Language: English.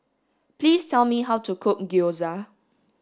please tell me how to cook gyoza